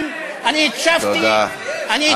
גם אני הקשבתי.